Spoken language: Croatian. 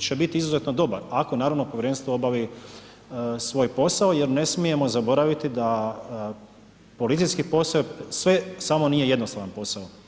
će biti izuzetno dobar, ako naravno povjerenstvo obavi svoj posao jer ne smijemo zaboraviti da policijski posao je sve samo nije jednostavan posao.